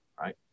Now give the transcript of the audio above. right